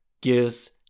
gives